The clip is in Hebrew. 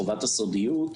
חובת הסודיות.